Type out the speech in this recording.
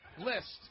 list